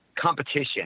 competition